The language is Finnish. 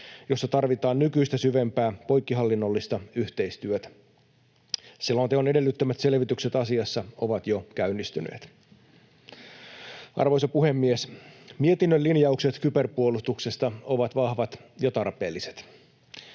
jossa tarvitaan nykyistä syvempää poikkihallinnollista yhteistyötä. Selonteon edellyttämät selvitykset asiassa ovat jo käynnistyneet. Arvoisa puhemies! Mietinnön linjaukset kyberpuolustuksesta ovat vahvat ja tarpeelliset.